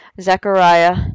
Zechariah